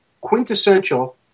quintessential